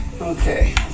Okay